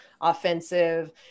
offensive